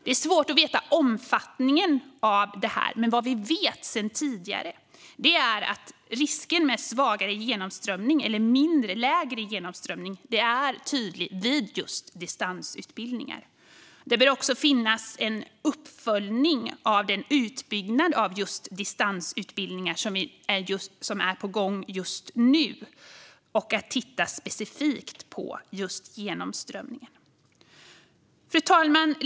Det är svårt att veta omfattningen av detta, men vad vi vet sedan tidigare är att risken för lägre genomströmning är tydlig vid just distansutbildningar. Det bör också finnas en uppföljning av den utbyggnad av distansutbildningar som är på gång just nu och specifikt vad gäller genomströmning. Fru talman!